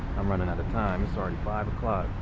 i'm running out of time. it's already five o'clock.